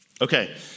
Okay